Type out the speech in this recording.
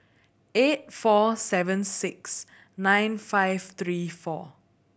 eight four seven six nine five three four